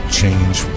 change